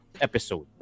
episode